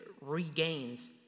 regains